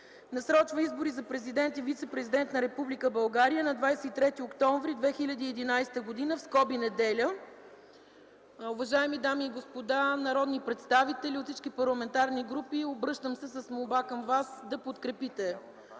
Насрочва избори за президент и вицепрезидент на Република България на 23 октомври 2011 г. (неделя).” Уважаеми дами и господа народни представители от всички парламентарни групи, обръщам се с молба към вас да подкрепите